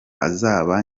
azaba